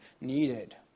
needed